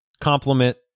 complement